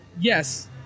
Yes